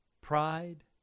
pride